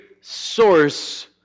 source